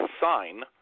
sign